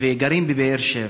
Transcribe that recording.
וגרים בבאר-שבע,